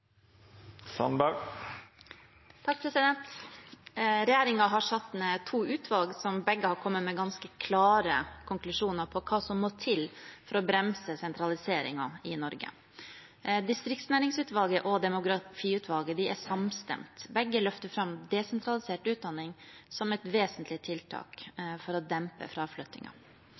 har satt ned to utvalg som begge har kommet med ganske klare konklusjoner på hva som må til for å bremse sentraliseringen i Norge. Distriktsnæringsutvalget og demografiutvalget er samstemte. Begge løfter fram desentralisert utdanning som et vesentlig tiltak for å dempe